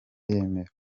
yemera